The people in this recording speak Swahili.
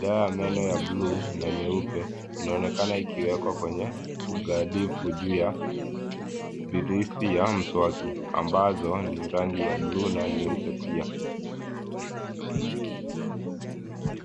Dawa ya meno ya bluu na nyeupe inaonekana ikiwekwa kwenye ugandifu juu ya biristi ya mswaki ambazo ni rangi ya bluu na nyeupe pia.